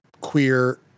queer